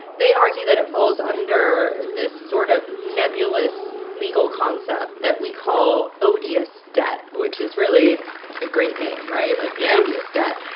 they argue that it falls under this sort of nebulous legal concept that we call odious debt, which is really a great name, right? yeah like, yeah odious debt.